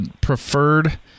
preferred